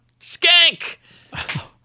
skank